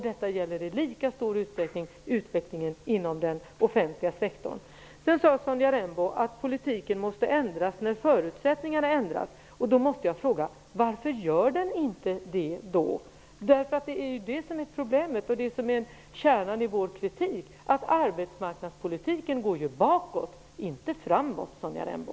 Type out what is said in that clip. Detta gäller i lika stor utsträckning utvecklingen inom den offentliga sektorn. Sedan sade Sonja att politiken måste ändras när förutsättningarna ändras. Då måste jag fråga: Varför gör den inte det då? Det är ju problemet och kärnan i vår kritik. Arbetsmarknadspolitiken går ju bakåt, inte framåt, Sonja Rembo.